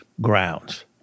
grounds